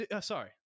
Sorry